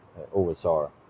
OSR